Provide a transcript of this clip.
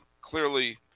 clearly